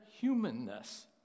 humanness